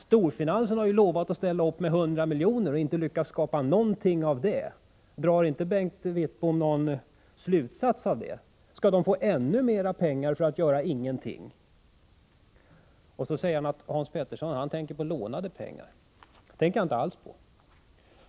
Storfinansen har ju lovat att ställa upp med 100 miljoner och inte lyckats skapa någonting av det. Drar inte Bengt Wittbom någon slutsats av det? Skall man där få ännu mer pengar för att göra ingenting? Vidare säger Bengt Wittbom att jag tänker på lånade pengar. Nej, det gör jag inte alls.